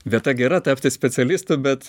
vieta gera tapti specialistu bet